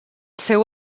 seu